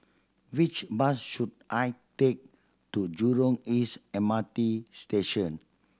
which bus should I take to Jurong East M R T Station